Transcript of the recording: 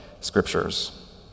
scriptures